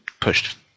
pushed